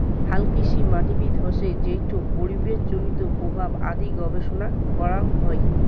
হালকৃষিমাটিবিদ্যা হসে যেইটো পরিবেশজনিত প্রভাব আদি গবেষণা করাং হই